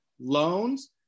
loans